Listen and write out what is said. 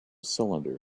cylinder